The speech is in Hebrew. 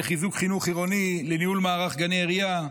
לחיזוק החינוך העירוני ולניהול מערך גני העירייה,